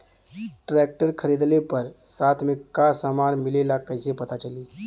Tractor खरीदले पर साथ में का समान मिलेला कईसे पता चली?